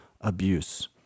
abuse